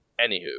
anywho